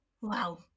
Wow